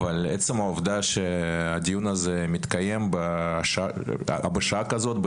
אבל עצם העובדה שהדיון הזה מתקיים בשעה כזאת,